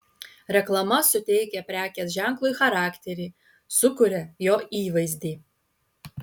reklama suteikia prekės ženklui charakterį sukuria jo įvaizdį